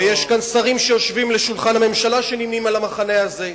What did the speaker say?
ויש כאן שרים שיושבים לשולחן הממשלה שנמנים עם המחנה הזה.